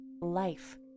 life